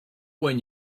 when